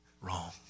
wrong